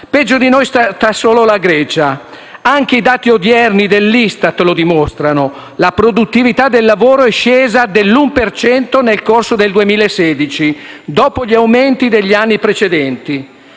Peggio di noi sta solo la Grecia. Anche i dati odierni dell'ISTAT lo dimostrano: la produttività del lavoro è scesa dell'1 per cento nel corso del 2016, dopo gli aumenti degli anni precedenti.